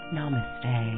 Namaste